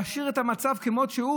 להשאיר את המצב כמו שהוא,